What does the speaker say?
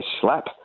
slap